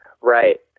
right